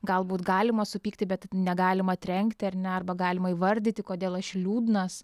galbūt galima supykti bet negalima trenkti ar ne arba galima įvardyti kodėl aš liūdnas